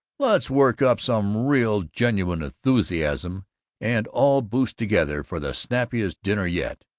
let's work up some real genuine enthusiasm and all boost together for the snappiest dinner yet!